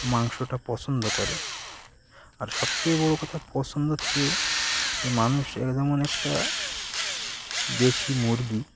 মাংসটা পছন্দ করে আর সবথেকে বড় কথা পছন্দর চেয়েও যে মানুষ যেমন একটা দেশি মুরগি